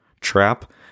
trap